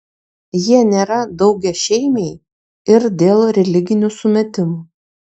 jie nėra daugiašeimiai ir dėl religinių sumetimų